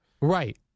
Right